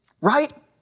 Right